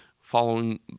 following